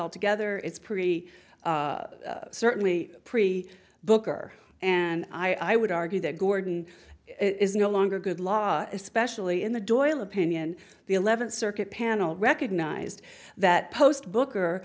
altogether it's pretty certainly pre booker and i would argue that gordon is no longer good law especially in the doorbell opinion the eleventh circuit panel recognized that post booker